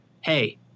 hey